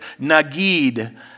nagid